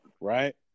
Right